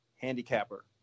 Handicapper